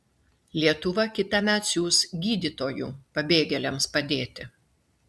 lietuva kitąmet siųs gydytojų pabėgėliams padėti